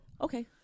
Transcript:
okay